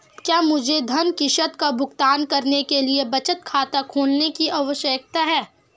क्या मुझे ऋण किश्त का भुगतान करने के लिए बचत खाता खोलने की आवश्यकता है?